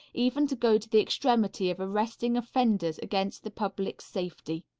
even to go to the extremity of arresting offenders against the public's safety.